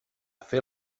fer